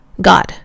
God